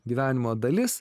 gyvenimo dalis